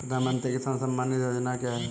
प्रधानमंत्री किसान सम्मान निधि योजना क्या है?